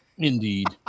indeed